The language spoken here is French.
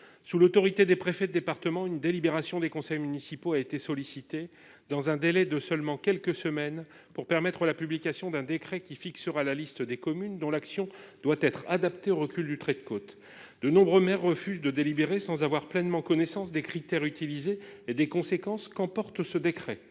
sous l'autorité des préfets de département une délibération des conseils municipaux a été sollicité dans un délai de seulement quelques semaines pour permettre la publication d'un décret qui fixera la liste des communes dont l'action doit être adaptée au recul du trait de côte, de nombreux maires refusent de délibéré sans avoir pleinement connaissance des critères utilisés et des conséquences qu'importe ce décret,